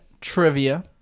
Trivia